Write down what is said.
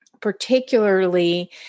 particularly